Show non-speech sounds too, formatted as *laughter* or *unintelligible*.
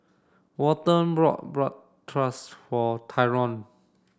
Walton bought *unintelligible* for Tyron